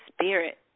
spirit